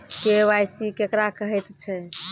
KYC केकरा कहैत छै?